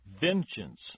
vengeance